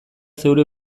zeure